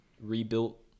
rebuilt